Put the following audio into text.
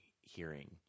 hearing